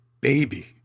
baby